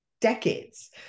decades